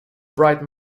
bright